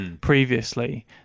Previously